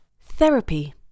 Therapy